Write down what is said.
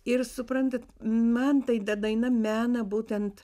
ir suprantat man tai ta daina mena būtent